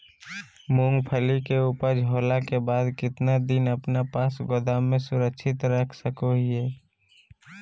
मूंगफली के ऊपज होला के बाद कितना दिन अपना पास गोदाम में सुरक्षित रख सको हीयय?